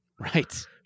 Right